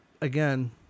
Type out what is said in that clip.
again